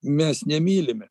mes nemylime